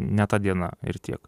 ne ta diena ir tiek